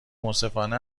منصفانه